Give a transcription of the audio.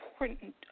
important